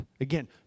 Again